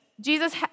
Jesus